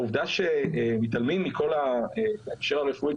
העובדה שמתעלמים מכל ההקשר הרפואי,